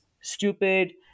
stupid